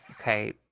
Okay